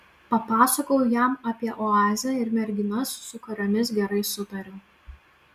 papasakojau jam apie oazę ir merginas su kuriomis gerai sutariau